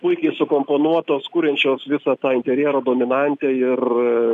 puikiai sukomponuotos kuriančios visą tą interjero dominantę ir